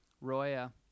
Roya